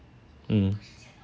mm